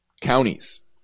counties